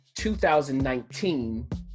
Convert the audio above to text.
2019